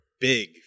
big